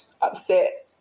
upset